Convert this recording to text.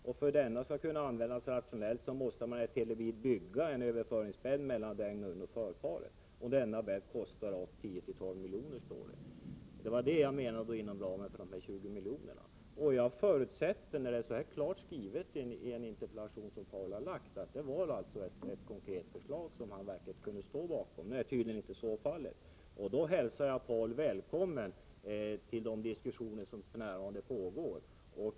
Men för att detta skall kunna användas rationellt måste man bygga en överföringsbädd mellan ugnen och för-paret. 43 Denna bädd kostar tio tolv miljoner, står det i interpellationen. Det var det jag menade låg inom ramen för de här tjugo miljonerna. När detta står så klart skrivet i interpellationen, förutsatte jag att det var ett konkret förslag som Paul Lestander verkligen kunde stå bakom. Nu är tydligen så inte fallet. Därför hälsar jag Paul Lestander välkommen till de diskussioner som för närvarande pågår.